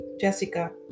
Jessica